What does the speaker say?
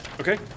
Okay